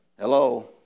Hello